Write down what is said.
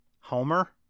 Homer